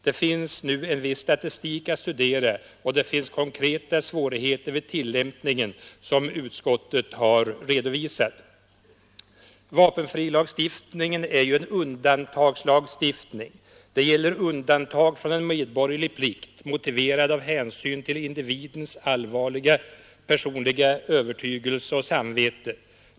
Det finns nu en viss statistik att studera och det finns konkreta svårigheter vid tillämpningen, som utskottet har redovisat. Vapenfrilagstiftningen är ju en undantagslagstiftning. Det gäller undantag från en medborgerlig plikt, motiverade av hänsynen till individens allvarliga personliga övertygelse och samvete.